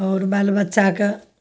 आओर बाल बच्चाके